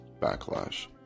Backlash